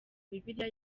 bibiliya